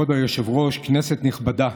כבוד היושב-ראש, כנסת נכבדה,